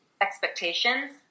expectations